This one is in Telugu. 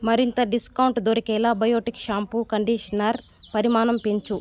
మరింత డిస్కౌంట్ దొరికేలా బయోటిక్ షాంపూ కండిషనర్ పరిమాణం పెంచు